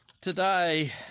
today